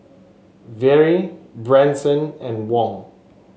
Vere Branson and Wong